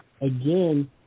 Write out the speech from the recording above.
again